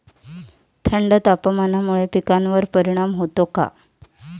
थंड तापमानामुळे पिकांवर परिणाम होतो का?